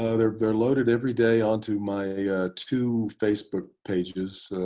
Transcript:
ah they're they're loaded every day onto my two facebook pages.